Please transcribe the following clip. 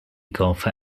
golfer